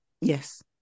Yes